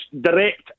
direct